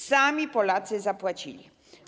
Sami Polacy zapłacili.